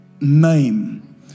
name